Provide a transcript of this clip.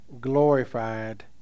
glorified